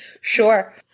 Sure